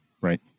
right